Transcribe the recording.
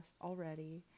already